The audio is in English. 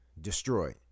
destroyed